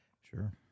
sure